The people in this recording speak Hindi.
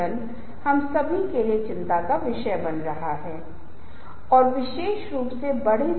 अब हम अनुनय के लिए संज्ञानात्मक प्रतिक्रिया दृष्टिकोण को देख सकते हैं जहां खाते में लिए गए संदेशों के लिए पुरानी मानसिक प्रतिक्रियाएं होती हैं